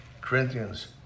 Corinthians